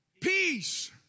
peace